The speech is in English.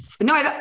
No